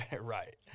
right